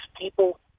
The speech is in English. people